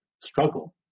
struggle